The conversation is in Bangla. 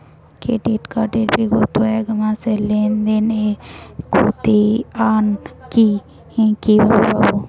ক্রেডিট কার্ড এর বিগত এক মাসের লেনদেন এর ক্ষতিয়ান কি কিভাবে পাব?